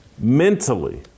mentally